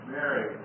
Mary